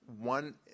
One –